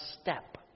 step